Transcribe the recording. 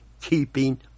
keeping